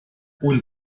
und